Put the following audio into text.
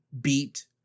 beat